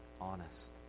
honest